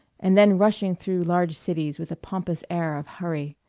and then rushing through large cities with a pompous air of hurry.